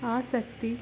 ಆಸಕ್ತಿ